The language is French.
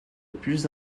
plus